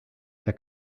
der